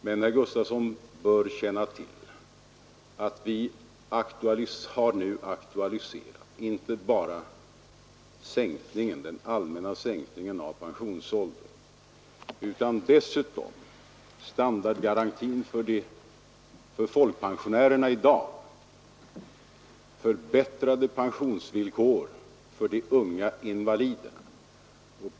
Men herr Gustavsson i Alvesta bör känna till att vi nu har aktualiserat inte bara den allmänna sänkningen av pensionsåldern utan dessutom standardgarantin för folkpensionärerna i dag och förbättrade pensionsvillkor för de unga invaliderna.